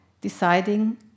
deciding